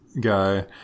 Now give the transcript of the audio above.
guy